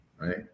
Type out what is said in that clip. right